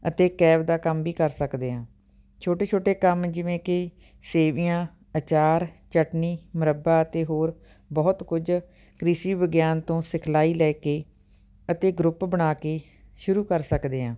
ਅਤੇ ਕੈਬ ਦਾ ਕੰਮ ਵੀ ਕਰ ਸਕਦੇ ਹਾਂ ਛੋਟੇ ਛੋਟੇ ਕੰਮ ਜਿਵੇਂ ਕਿ ਸੇਵੀਆਂ ਅਚਾਰ ਚਟਨੀ ਮੁਰੱਬਾ ਅਤੇ ਹੋਰ ਬਹੁਤ ਕੁਝ ਕ੍ਰਿਸ਼ੀ ਵਿਗਿਆਨ ਤੋਂ ਸਿਖਲਾਈ ਲੈ ਕੇ ਅਤੇ ਗਰੁੱਪ ਬਣਾ ਕੇ ਸ਼ੁਰੂ ਕਰ ਸਕਦੇ ਹਾਂ